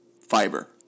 fiber